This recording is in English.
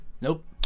Nope